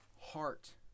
heart